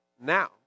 now